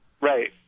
Right